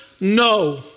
No